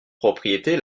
propriété